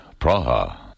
Praha